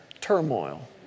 turmoil